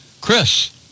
Chris